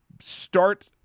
start